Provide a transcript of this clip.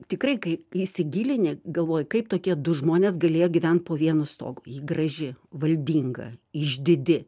tikrai kai įsigilini galvoji kaip tokie du žmonės galėjo gyvent po vienu stogu ji graži valdinga išdidi